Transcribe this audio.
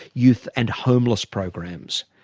youth and homeless programs.